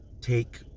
take